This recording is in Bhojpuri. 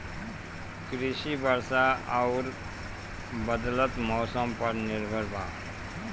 कृषि वर्षा आउर बदलत मौसम पर निर्भर बा